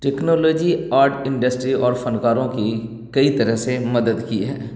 technology art industry اور فنکاروں کی کئی طرح سے مدد کی ہے